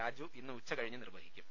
രാജു ഇന്ന് ഉച്ചകഴിഞ്ഞ് നിർവഹിക്കും